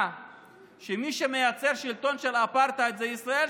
שמי שמייצר שלטון של אפרטהייד זה ישראל,